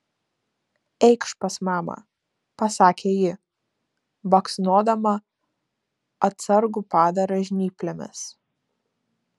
eikš pas mamą pasakė ji baksnodama atsargų padarą žnyplėmis